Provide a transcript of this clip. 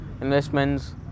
investments